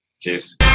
Cheers